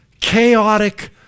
chaotic